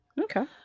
Okay